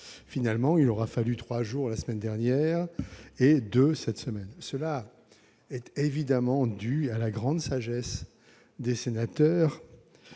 Finalement, il aura fallu trois jours la semaine dernière et deux cette semaine. Cela est évidemment dû à la grande sagesse des sénateurs,